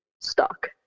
stuck